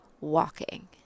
walking